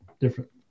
different